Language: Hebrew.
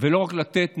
ולא רק לתת נאום,